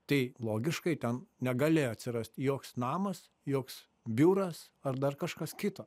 tai logiškai ten negalėjo atsirast joks namas joks biuras ar dar kažkas kito